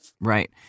Right